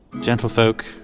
gentlefolk